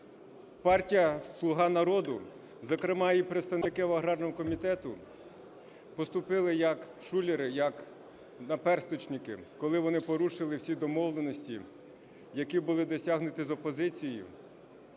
партія "Слуга народу", зокрема і представники аграрного комітету, поступили, як шулери, як наперсточники, коли вони порушили всі домовленості, які були досягнуті з опозицією,